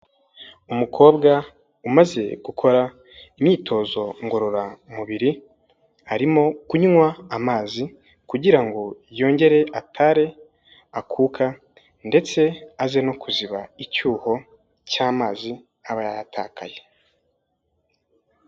Umukobwa umaze gukora imyitozo ngororamubiri, arimo kunywa amazi kugira ngo yongere atare akuka ndetse aze no kuziba icyuho cy'amazi aba yatakaye.